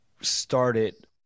started